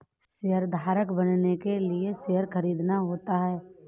शेयरधारक बनने के लिए शेयर खरीदना होता है